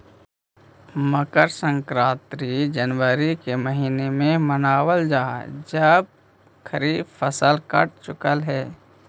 मकर संक्रांति जनवरी के महीने में मनावल जा हई जब खरीफ फसल कट चुकलई हे